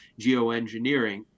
geoengineering